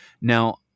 now